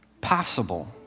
possible